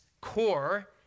core